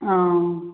অঁ